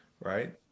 right